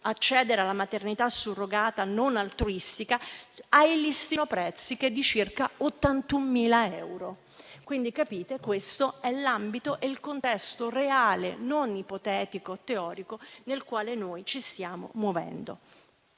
accedere alla maternità surrogata non altruistica, il listino prezzi è di circa 81.000 euro. Questo è l'ambito, il contesto reale, non ipotetico o teorico, nel quale noi ci stiamo muovendo.